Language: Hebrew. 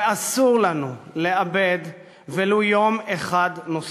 ואסור לנו לאבד ולו יום אחד נוסף,